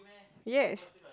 yes